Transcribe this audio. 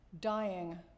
dying